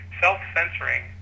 self-censoring